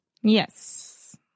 Yes